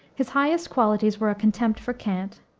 his highest qualities were a contempt for cant,